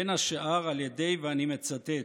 בין השאר על ידי, ואני מצטט,